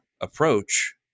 approach